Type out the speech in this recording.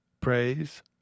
Praise